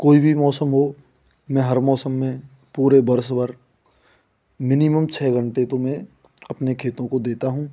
कोई भी मौसम हो मैं हर मौसम में पूरे वर्ष भर मिनिमम छः घंटे तो मैं अपने खेतों को देता हूँ